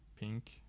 pink